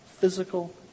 physical